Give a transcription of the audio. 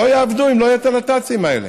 לא יעבדו אם לא יהיו הנת"צים האלה.